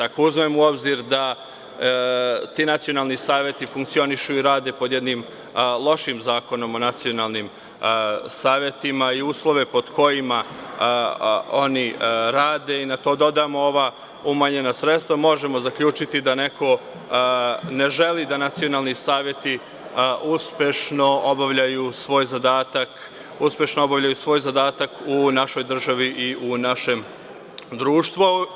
Ako uzmemo u obzir da ti nacionalni saveti funkcionišu i rade pod jednim lošim Zakonom o nacionalnim savetima, i uslove pod kojima oni rade i na to dodamo ova umanjena sredstva, možemo zaključiti da neko ne želi da nacionalni saveti uspešno obavljaju svoj zadatak u našoj državi i u našem društvu.